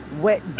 wet